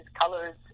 colors